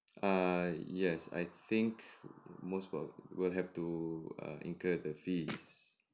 err yes I think most probab~ will have to err incur the fees